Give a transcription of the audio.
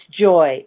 joy